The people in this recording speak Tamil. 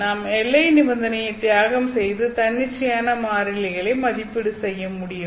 நாம் எல்லை நிபந்தனைகளை தியாகம் செய்து தன்னிச்சையான மாறிலிகளை மதிப்பீடு செய்ய முடியும்